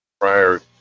prior